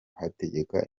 hategeka